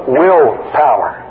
willpower